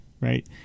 Right